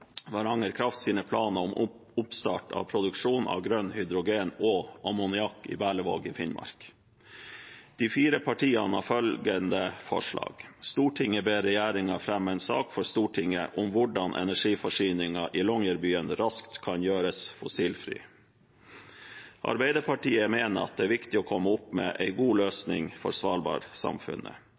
Varanger Krafts planer om oppstart av produksjon av grønn hydrogen og ammoniakk i Berlevåg i Finnmark. De fire partiene har følgende forslag til vedtak: «Stortinget ber regjeringen fremme en sak for Stortinget om hvordan energiforsyningen i Longyearbyen raskt kan gjøres fossilfri.» Arbeiderpartiet mener at det er viktig å komme opp med en god løsning for